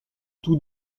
tous